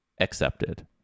accepted